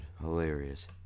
hilarious